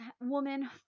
woman